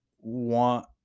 want